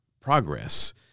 progress